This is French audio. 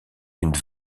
une